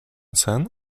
sen